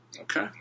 Okay